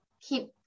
keep